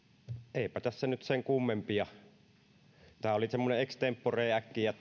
eipä tässä nyt sen kummempia tämä oli semmoinen ex tempore äkkiä